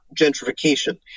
gentrification